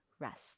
rest